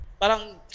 Parang